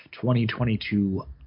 2022